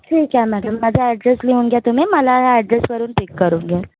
ठीक आहे मॅडम माझा ॲड्रेस लिहून घ्या तुम्ही मला ह्या ॲड्रेसवरून पिक करून घ्याल